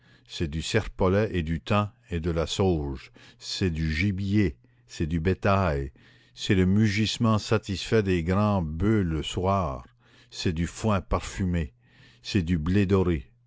c'est du serpolet et du thym et de la sauge c'est du gibier c'est du bétail c'est le mugissement satisfait des grands boeufs le soir c'est du foin parfumé c'est du blé doré